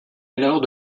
alors